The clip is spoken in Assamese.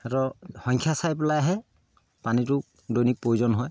সিহঁতৰ সংখ্যা চাই পেলাইহে পানীটো দৈনিক প্ৰয়োজন হয়